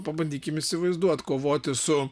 pabandykime įsivaizduot kovoti su